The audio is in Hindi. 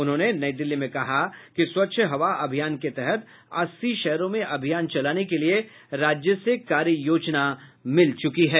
उन्होंने नई दिल्ली में कहा कि स्वच्छ हवा अभियान के तहत अस्सी शहरों में अभियान चलाने के लिए राज्य से कार्य योजना मिल चुकी है